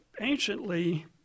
anciently